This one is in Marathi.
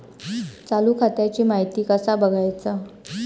चालू खात्याची माहिती कसा बगायचा?